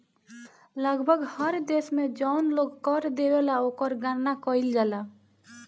लगभग हर देश में जौन लोग कर देवेला ओकर गणना कईल जाला